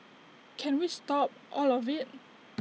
can we stop all of IT